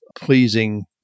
pleasing